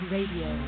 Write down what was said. Radio